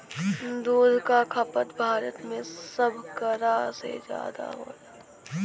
दूध क खपत भारत में सभकरा से जादा होला